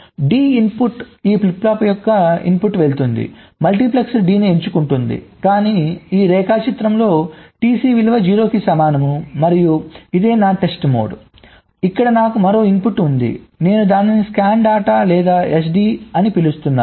D input ఈ flip flop యొక్క ఇన్పుట్కు వెళుతుంది మల్టీప్లెక్సర్ D ని ఎంచుకుంటుంది కాని ఈ రేఖాచిత్రంలోTC విలువ 0 కి సమానం మరియు ఇదే నా టెస్ట్ మోడ్ ఇక్కడ నాకు మరొక ఇన్పుట్ ఉంది నేను దానిని స్కాన్ డేటా లేదా SD అని పిలుస్తున్నాను